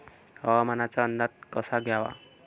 हवामानाचा अंदाज कसा घ्यावा?